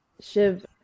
shiv